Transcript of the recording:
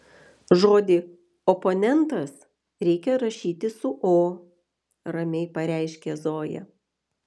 žodį oponentas reikia rašyti su o ramiai pareiškė zoja